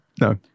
No